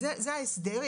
זה ההסדר.